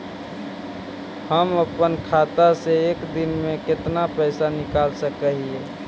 हम अपन खाता से एक दिन में कितना पैसा निकाल सक हिय?